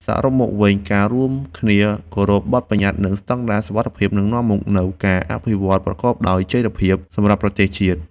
សរុបមកវិញ ការរួមគ្នាគោរពបទប្បញ្ញត្តិ និងស្តង់ដារសុវត្ថិភាព នឹងនាំមកនូវការអភិវឌ្ឍប្រកបដោយចីរភាពសម្រាប់ប្រទេសជាតិ។